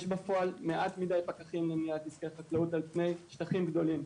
יש בפועל מעט מידי פקחים למניעת נזקי חקלאות על פני שטחים גדולים,